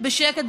בשקט בשקט,